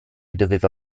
doveva